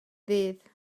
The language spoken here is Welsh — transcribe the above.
ddydd